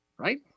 Right